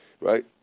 Right